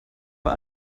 war